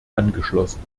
angeschlossen